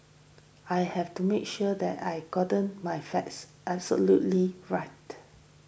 I have to make sure then I gotten my facts absolutely right